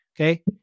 Okay